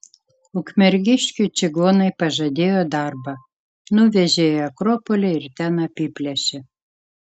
ukmergiškiui čigonai pažadėjo darbą nuvežė į akropolį ir ten apiplėšė